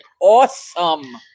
Awesome